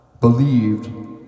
believed